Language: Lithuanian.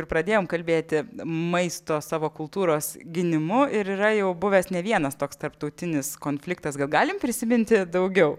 ir pradėjom kalbėti maisto savo kultūros gynimu ir yra jau buvęs ne vienas toks tarptautinis konfliktas gal galim prisiminti daugiau